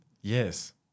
Yes